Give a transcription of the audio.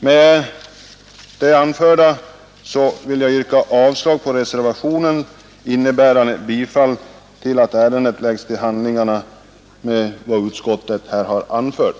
Med det anförda yrkar jag att reservationen H måtte avslås, innebärande att ärendet lägges till handlingarna med vad utskottet här anfört.